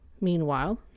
Meanwhile